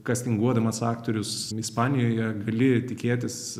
kastinguodamas aktorius ispanijoje gali tikėtis